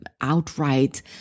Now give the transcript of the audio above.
outright